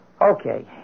Okay